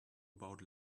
about